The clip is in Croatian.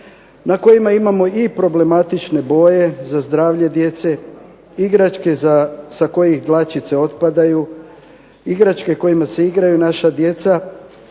na kojima imamo i problematične boje za zdravlje djece, igračke sa kojih dlačice otpadaju, igračke kojima se igraju naša djeca